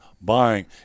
Buying